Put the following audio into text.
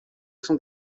sont